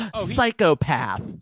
Psychopath